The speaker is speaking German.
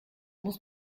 muss